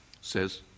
says